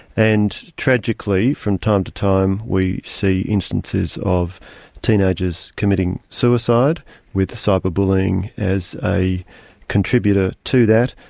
and tragically from time to time we see instances of teenagers committing suicide with cyber bullying as a contributor to that,